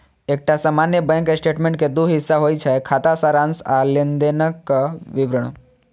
एकटा सामान्य bank statement के दू हिस्सा होइ छै, खाता सारांश आ लेनदेनक विवरण